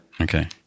Okay